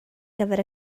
gyfer